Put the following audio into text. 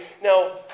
Now